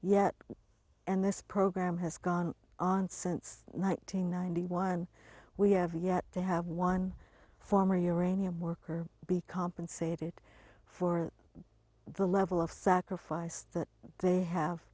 yet and this program has gone on since nineteen ninety one we have yet to have one former uranium worker be compensated for the level of sacrifice that they have